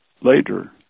later